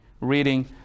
reading